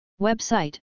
Website